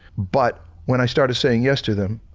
but when i started saying yes to them,